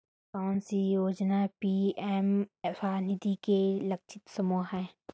कौन सी योजना पी.एम स्वानिधि के लिए लक्षित समूह है?